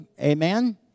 Amen